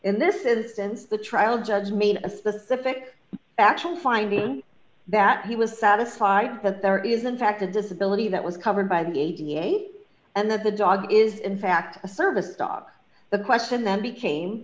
in this instance the trial judge made a specific factual finding that he was satisfied that there is in fact a disability that was covered by the a b a and that the dog is in fact a service dog the question then became